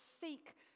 seek